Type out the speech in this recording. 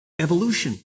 evolution